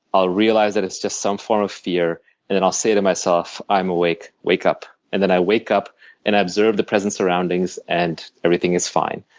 i'll realize that it's just some form of fear. and then i'll say to myself, i'm awake wake up. and then i wake up and i observe the present surroundings and everything is fine.